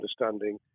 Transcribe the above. understanding